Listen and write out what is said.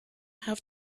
have